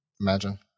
Imagine